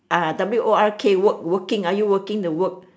ah W O R K work working are you working the work